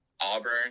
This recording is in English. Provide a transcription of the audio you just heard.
Auburn